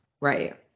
Right